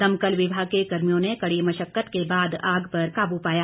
दमकल विभाग के कर्मियों ने कड़ी मशक्कत के बाद आग पर काबू पाया